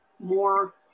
more